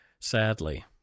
sadly